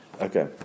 Okay